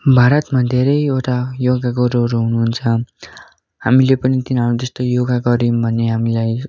भारतमा धेरैवटा योगा गुरुहरू हुनुहुन्छ हामीले पनि उनीहरूले जस्तो योगा गऱ्यौँ भने हामीलाई